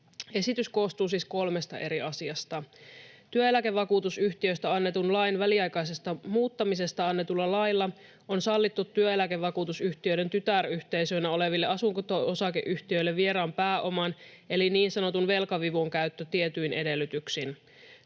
Esitys koostuu siis kolmesta eri asiasta. Työeläkevakuutusyhtiöistä annetun lain väliaikaisesta muuttamisesta annetulla lailla on sallittu työeläkevakuutusyhtiöiden tytäryhteisöinä oleville asunto-osakeyhtiöille vieraan pääoman eli niin sanotun velkavivun käyttö tietyin edellytyksin.